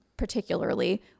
particularly